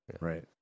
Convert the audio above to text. Right